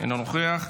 אינו נוכח,